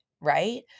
right